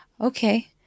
okay